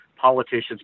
politicians